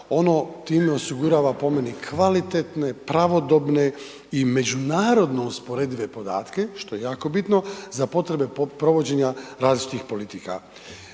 ono time osigurava po meni kvalitetne, pravodobne i međunarodno usporedive podatke, što je jako bitno, za potrebe provođenja različitih politika.